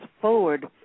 forward